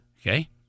Okay